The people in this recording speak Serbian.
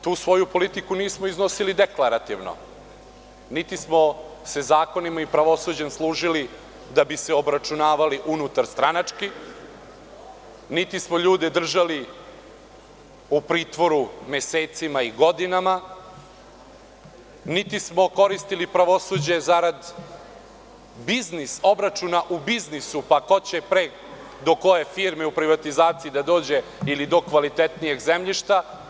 Tu svoju politiku nismo iznosili deklarativno, niti smo se zakonima i pravosuđem služili da bi se obračunavali unutarstranački, niti smo ljude držali u pritvoru mesecima i godinama, niti smo koristili pravosuđe zarad obračuna u biznisu, pa ko će pre do koje firme u privatizaciji da dođe ili do kvalitetnijeg zemljišta.